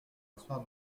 asseoir